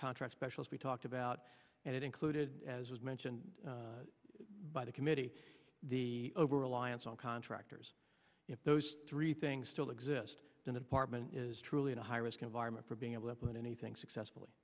contract specialist we talked about and it included as was mentioned by the committee the over reliance on contractors if those three things still exist in the department truly in a high risk environment for being able to plan anything successfully